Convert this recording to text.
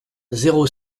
zéro